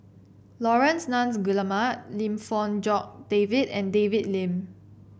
Laurence Nunns Guillemard Lim Fong Jock David and David Lim